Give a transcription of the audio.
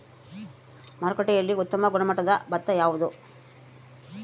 ಮಾರುಕಟ್ಟೆಯಲ್ಲಿ ಉತ್ತಮ ಗುಣಮಟ್ಟದ ಭತ್ತ ಯಾವುದು?